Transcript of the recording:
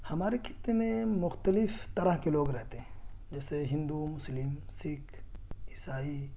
ہمارے خطے میں مختلف طرح کے لوگ رہتے ہیں جیسے ہندو مسلم سکھ عیسائی